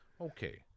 Okay